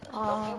orh